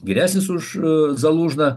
geresnis už zalužną